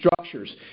structures